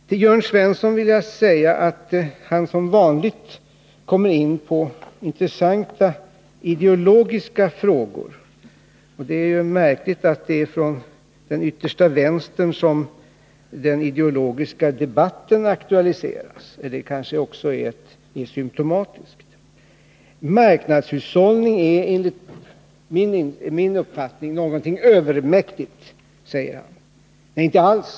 Till Jörn Svensson vill jag säga att han som vanligt kommer in på intressanta ideologiska frågor. Det är märkligt att det är från den yttersta vänstern som den ideologiska debatten aktualiseras, men det kanske också är symptomatiskt. Marknadshushållning är enligt min uppfattning någonting övermäktigt, säger han. Nej, inte alls.